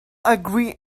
agree